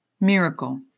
Miracle